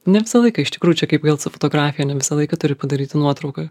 ne visą laiką iš tikrųjų čia kaip vėl su fotografija ne visą laiką turi padaryti nuotrauką